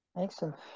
Excellent